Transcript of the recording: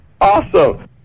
Awesome